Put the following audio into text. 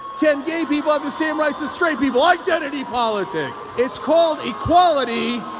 can gay people have the same rights as straight people? identity politics! it's called equality,